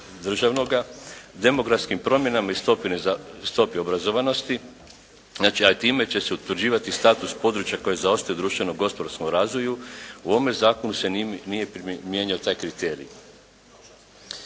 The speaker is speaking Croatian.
državnoga demografskim promjenama i stopi obrazovanosti. Znači a i time će se utvrđivati status područja koje zaostaju u društveno gospodarskom razvoju, u ovom Zakonu se nije primjenjivao taj kriterij.